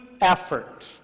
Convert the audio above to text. effort